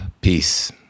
peace